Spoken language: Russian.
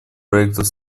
проектов